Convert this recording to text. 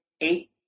eight